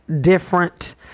different